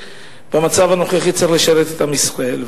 שבמצב הנוכחי צריך לשרת את עם ישראל.